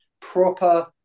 proper